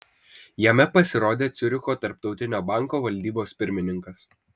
jame pasirodė ciuricho tarptautinio banko valdybos pirmininkas